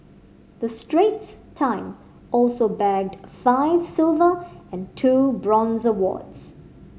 the Straits Time also bagged five silver and two bronze awards